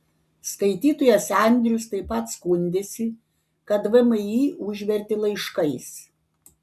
skaitytojas andrius taip pat skundėsi kad vmi užvertė laiškais